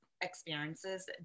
experiences